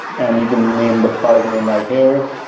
and you can name the product name right here.